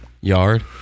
yard